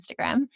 Instagram